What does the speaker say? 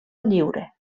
lliure